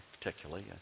particularly